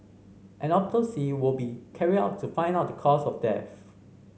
an autopsy will be carried out to find out the cause of death